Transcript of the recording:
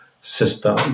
system